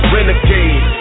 Renegade